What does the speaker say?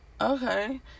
Okay